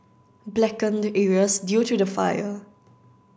blackened areas due to the fire